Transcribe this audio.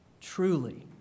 Truly